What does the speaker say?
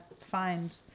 find